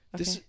Okay